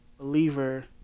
believer